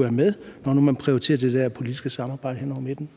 være med, når nu man prioriterer det der politiske samarbejde hen over midten.